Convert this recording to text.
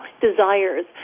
desires